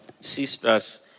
sisters